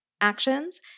actions